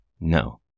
no